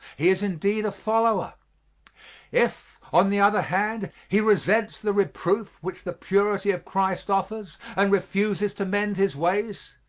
he is indeed a follower if, on the other hand, he resents the reproof which the purity of christ offers, and refuses to mend his ways,